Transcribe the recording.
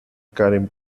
karen